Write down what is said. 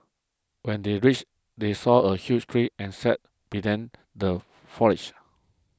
when they reached they saw a huge tree and sat be then the foliage